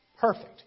perfect